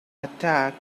attack